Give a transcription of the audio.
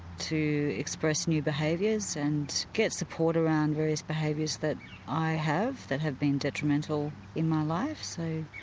to express new behaviours and get support around various behaviours that i have that have been detrimental in my life. so